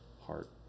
heart